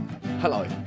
Hello